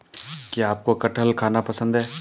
क्या आपको कठहल खाना पसंद है?